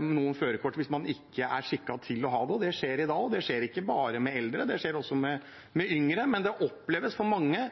noen førerkortet hvis man ikke er skikket til å ha det. Det skjer i dag, og det skjer ikke bare med eldre – det skjer også med yngre. Men det oppleves av mange